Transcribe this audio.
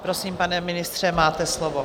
Prosím, pane ministře, máte slovo.